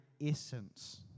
essence